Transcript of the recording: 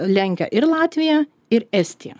lenkia ir latvija ir estija